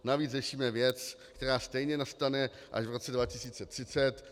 Navíc řešíme věc, která stejně nastane až v roce 2030.